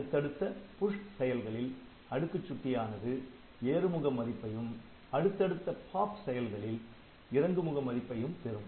அடுத்தடுத்த புஷ் செயல்களில் அடுக்குச் சுட்டி ஆனது ஏறுமுக மதிப்பையும் அடுத்தடுத்த பாப் செயல்களில் இறங்குமுக மதிப்பையும் பெறும்